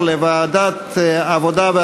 לדיון מוקדם בוועדת העבודה,